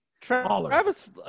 Travis